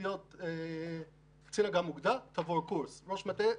זה דבר ראשון.